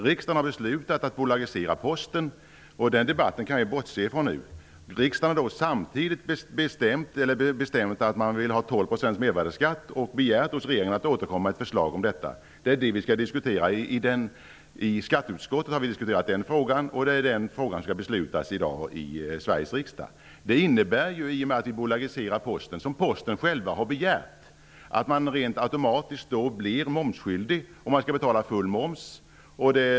Riksdagen har beslutat att bolagisera Posten. Den debatten kan vi bortse ifrån nu. Riksdagen har samtidigt bestämt att den vill ha en mervärdesskatt på 12 % och begärt att regeringen skall återkomma med ett förslag om detta. Den frågan har vi diskuterat i skatteutskottet, och det är den frågan som det skall beslutas om i dag i Sveriges riksdag. Posten har själv begärt att få bli bolagiserad. Det innebär att Posten automatiskt blir momsskyldig. Man skall betala full moms.